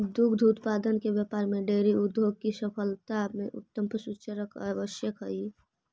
दुग्ध उत्पादन के व्यापार में डेयरी उद्योग की सफलता में उत्तम पशुचयन आवश्यक हई